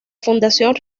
fundación